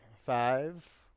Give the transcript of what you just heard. Five